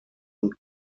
und